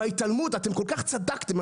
אתם כל כך צדקתם,